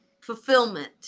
fulfillment